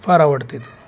फार आवडते ते